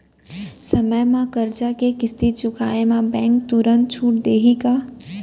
समय म करजा के किस्ती चुकोय म बैंक तुरंत छूट देहि का?